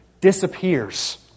disappears